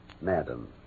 Madam